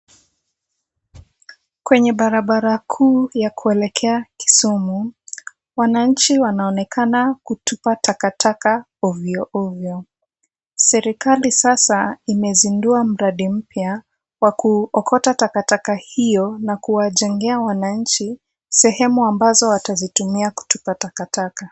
Kwenye barabraba kuu ya kuelekea kisumu, wananchi wanaonekana kutupa taka taka ovyo ovyo. Serikali sasa imezindua mradi mpya wa kuokota taka taka hio na kuwajengea wananchi sehemu ambazo watazitumia kutupa taka taka.